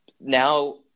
now –